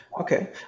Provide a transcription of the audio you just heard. Okay